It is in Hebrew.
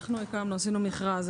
אנחנו עשינו מכרז.